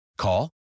Call